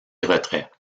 retrait